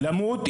למות,